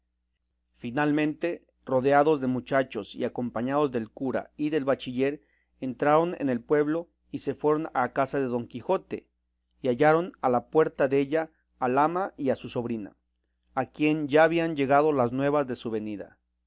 finalmente rodeados de mochachos y acompañados del cura y del bachiller entraron en el pueblo y se fueron a casa de don quijote y hallaron a la puerta della al ama y a su sobrina a quien ya habían llegado las nuevas de su venida